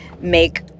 make